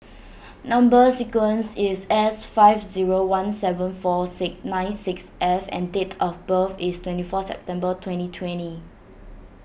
Number Sequence is S five zero one seven four six nine six F and date of birth is twenty four September twenty twenty